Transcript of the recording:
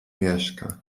mieszka